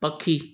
पखी